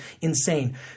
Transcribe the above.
insane